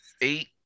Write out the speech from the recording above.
eight